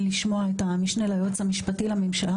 לשמוע את המשנה ליועץ המשפטי לממשלה,